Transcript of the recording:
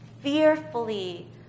fearfully